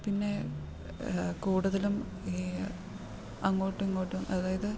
പിന്നെ കൂടുതലും ഈ അങ്ങോട്ടും ഇങ്ങോട്ടും അതായത്